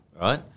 right